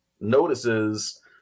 notices